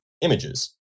images